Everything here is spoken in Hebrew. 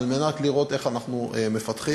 כדי לראות איך אנחנו מפתחים.